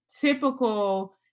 typical